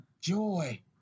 joy